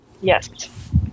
yes